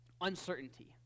uncertainty